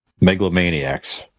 megalomaniacs